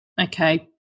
Okay